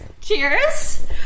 Cheers